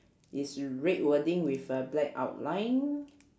is red wording with a black outline